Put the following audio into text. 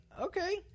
okay